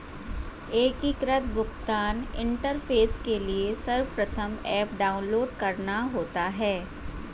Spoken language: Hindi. एकीकृत भुगतान इंटरफेस के लिए सर्वप्रथम ऐप डाउनलोड करना होता है